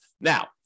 Now